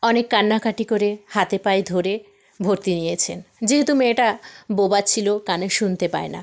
অনেক কান্নাকাটি করে হাতে পায়ে ধরে ভর্তি নিয়েছেন যেহেতু মেয়েটা বোবা ছিলো কানে শুনতে পায় না